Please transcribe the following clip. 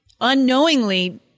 unknowingly